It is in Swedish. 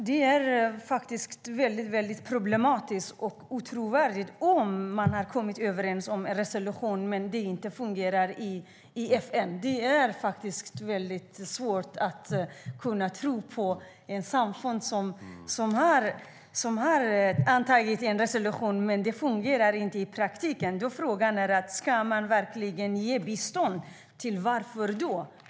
Herr talman! Det är väldigt problematiskt och inte trovärdigt om man kommit överens om en resolution och det sedan inte fungerar i FN. Det är svårt att tro på ett samfund som antagit en resolution som inte fungerar i praktiken. Frågan är då om man verkligen ska ge bistånd. Varför?